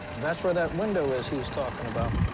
that's where that window is, he was talking about.